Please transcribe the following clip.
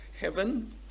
heaven